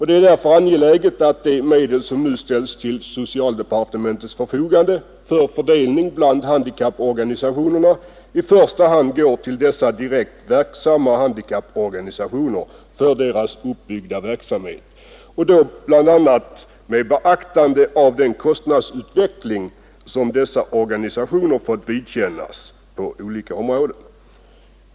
Det är därför angeläget att de medel som nu ställs till socialdepartementets förfogande för fördelning bland handikapporganisationerna i första hand går till dessa direkt verksamma handikapporganisationer för deras uppbyggda verksamhet och då bl.a. med beaktande av den kostnadsutveckling som dessa organisationer fått vidkännas på olika områden.